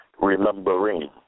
remembering